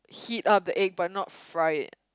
heat up the egg but not fry it